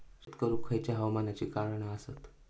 शेत करुक खयच्या हवामानाची कारणा आसत?